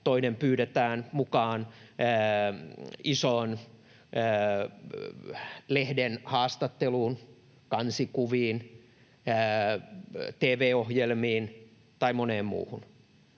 toinen pyydetään mukaan isoon lehden haastatteluun, kansikuviin, tv-ohjelmiin tai moneen muuhun